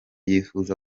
yifuza